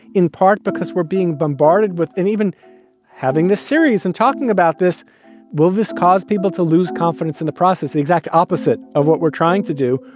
in part because we're being bombarded with and even having the series and talking about this will this cause people to lose confidence in the process? the exact opposite of what we're trying to do,